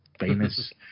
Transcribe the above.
famous